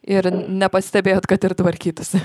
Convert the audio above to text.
ir nepastebėjot kad ir tvarkytųsi